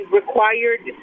required